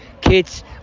kids